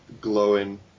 glowing